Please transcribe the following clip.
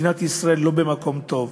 מדינת ישראל אינה במקום טוב.